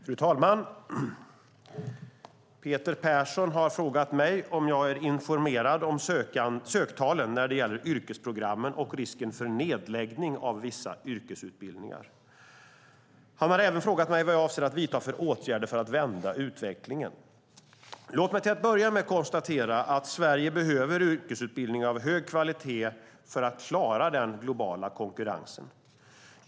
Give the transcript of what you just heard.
Fru talman! Peter Persson har frågat mig om jag är informerad om söktalen när det gäller yrkesprogrammen och risken för nedläggning av vissa yrkesutbildningar. Han har även frågat mig om vad jag avser att vidta för åtgärder för att vända utvecklingen. Låt mig till att börja med konstatera att Sverige behöver yrkesutbildning av hög kvalitet för att klara den globala konkurrensen.